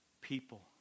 people